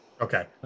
Okay